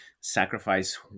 sacrifice